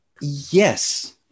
Yes